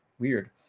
Weird